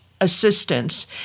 assistance